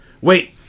Wait